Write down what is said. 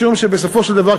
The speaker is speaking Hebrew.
משום שבסופו של דבר,